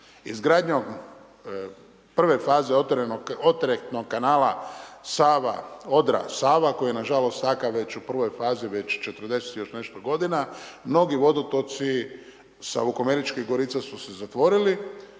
Izgradnjom prve faze operetnog kanala Sava-Odra-Sava koja nažalost …/Govornik se ne razumije./… u prvoj fazi već 40 i nešto g. mnogi vodotoci sa Vukomeričkih Gorica su se zatvorili.